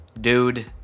dude